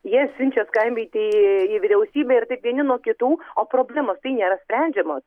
jie siunčia skambinti į vyriausybę ir taip vieni nuo kitų o problemos tai nėra sprendžiamos